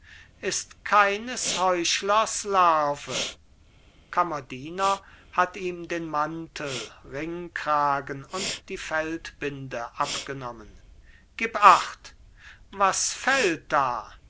ist keines heuchlers larve kammerdiener hat ihm den mantel ringkragen und die feldbinde abgenommen gib acht was fällt da